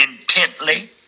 intently